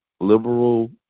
liberal